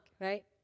right